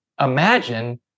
Imagine